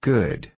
Good